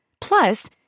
Plus